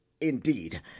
indeed